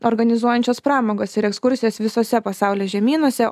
organizuojančios pramogos ir ekskursijos visose pasaulio žemynuose